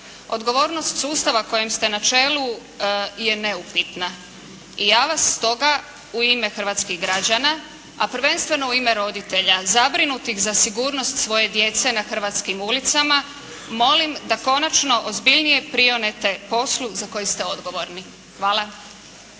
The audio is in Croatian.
Odgovornost sustava kojem se na čelu je neupitna. I ja vas stoga u ime hrvatskih građana, a prvenstveno u ime roditelja zabrinutih za sigurnost svoje djece na hrvatskim ulicama molim da konačno ozbiljnije prionete poslu za koji ste odgovorni. Hvala.